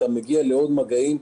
אתה מגיע לעוד מגעים,